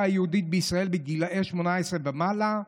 היהודית בישראל גילאי 18 ומעלה.